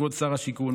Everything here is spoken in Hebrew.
כבוד שר השיכון,